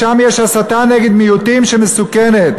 ושם יש הסתה נגד מיעוטים, שהיא מסוכנת.